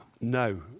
No